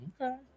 Okay